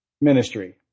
ministry